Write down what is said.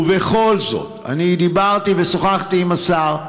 ובכל זאת, אני דיברתי ושוחחתי עם השר,